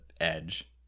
edge